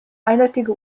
eindeutige